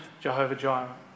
Jehovah-Jireh